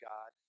God